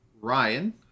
Ryan